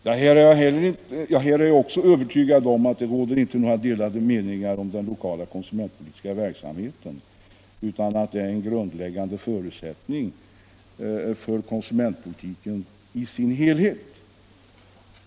Jag är ganska övertygad om att det inte råder några delade meningar om att den lokala konsumentpolitiska verksamheten är en grundläggande förutsättning för konsumentpolitiken som helhet.